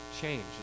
change